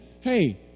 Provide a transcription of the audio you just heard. hey